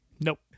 Nope